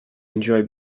enjoy